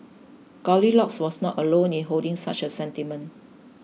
Goldilocks was not alone in holding such a sentiment